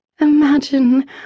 Imagine